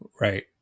Right